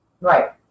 Right